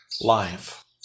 life